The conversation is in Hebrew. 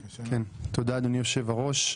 תודה, אדוני יושב-הראש.